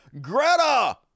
Greta